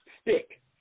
stick